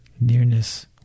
Nearness